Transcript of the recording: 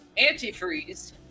Antifreeze